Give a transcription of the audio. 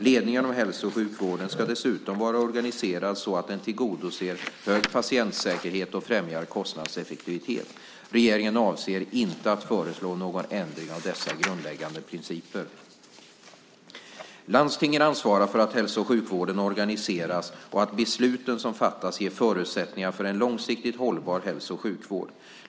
Ledningen av hälso och sjukvården ska dessutom vara organiserad så att den tillgodoser hög patientsäkerhet och främjar kostnadseffektivitet. Regeringen avser inte att föreslå någon ändring av dessa grundläggande principer. Landstingen ansvarar för hur hälso och sjukvården organiseras och att besluten som fattas ger förutsättningar för en långsiktigt hållbar hälso och sjukvård.